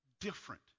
different